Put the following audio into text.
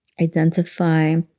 identify